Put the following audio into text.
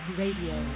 radio